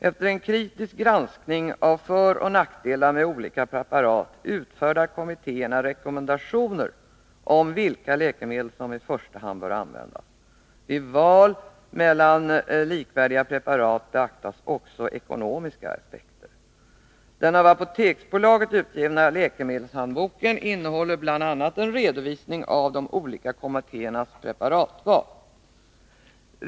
Efter en kritisk granskning av föroch nackdelar med olika preparat utfärdar läkemedelskommittéerna rekommendationer om vilka läkemedel som i första hand bör användas. Vid val mellan likvärdiga preparat beaktas också ekonomiska aspekter. Den av Apoteksbolaget utgivna läkemedelshandboken innehåller bl.a. en redovisning av de olika kommittéernas preparatval.